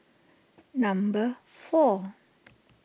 number four